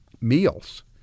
meals